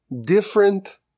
different